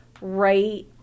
right